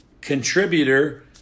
contributor